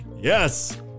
Yes